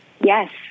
Yes